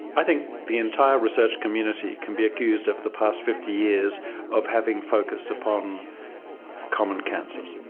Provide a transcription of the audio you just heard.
i think the entire research community can be accused over the past fifty years of having focused upon common cancers.